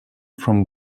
from